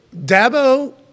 Dabo